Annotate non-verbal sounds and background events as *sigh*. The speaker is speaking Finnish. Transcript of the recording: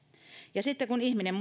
ja sitten kun ihminen *unintelligible*